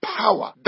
power